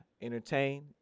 entertain